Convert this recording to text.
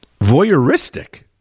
Voyeuristic